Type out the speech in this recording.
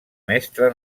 mestre